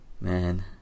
Man